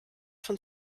von